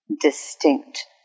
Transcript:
distinct